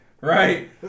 Right